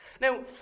Now